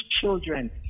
children